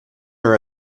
her